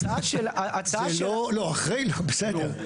לא, אחרי, בסדר.